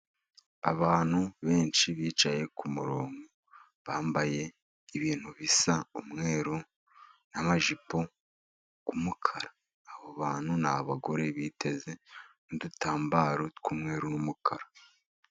Abantu benshi bicaye ku murongo. Bambaye ibintu bisa n'umweru, n'amajipo y'umukara. Abo bantu ni abagore biteze udutambaro tw'umweru n'umukara.